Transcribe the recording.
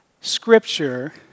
Scripture